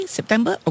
September